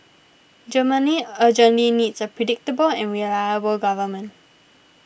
Germany urgently needs a predictable and reliable government